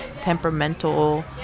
temperamental